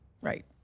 right